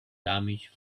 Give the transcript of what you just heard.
damage